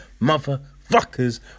motherfuckers